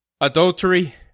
Adultery